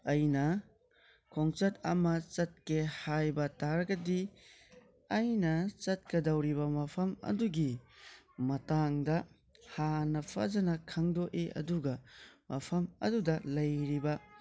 ꯑꯩꯅ ꯈꯣꯡꯆꯠ ꯑꯃ ꯆꯠꯀꯦ ꯍꯥꯏꯕ ꯇꯔꯒꯗꯤ ꯑꯩꯅ ꯆꯠꯀꯗꯧꯔꯤꯕ ꯃꯐꯝ ꯑꯗꯨꯒꯤ ꯃꯇꯥꯡꯗ ꯍꯥꯟꯅ ꯐꯖꯅ ꯈꯪꯗꯣꯛꯑꯦ ꯑꯗꯨꯒ ꯃꯐꯝ ꯑꯗꯨꯗ ꯂꯩꯔꯤꯕ